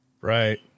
Right